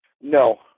No